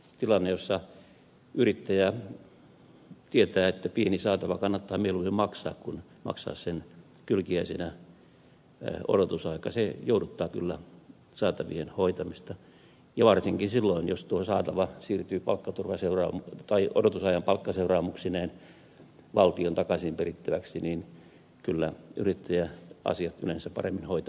kyllä se tilanne jossa yrittäjä tietää että pieni saatava kannattaa mieluummin maksaa kuin maksaa sen kylkiäisenä odotusaika jouduttaa kyllä saatavien hoitamista ja varsinkin silloin jos tuo saatava siirtyy odotusajan palkkaseuraamuksineen valtion takaisin perittäväksi kyllä yrittäjä asiat yleensä paremmin hoitaa